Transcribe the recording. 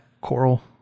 Coral